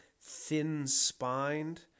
thin-spined